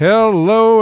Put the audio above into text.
Hello